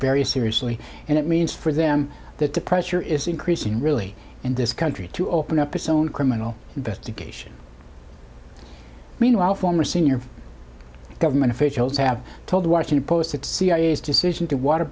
very seriously and it means for them that the pressure is increasing really in this country to open up its own criminal investigation meanwhile former senior government officials have told the washington post at cia's decision t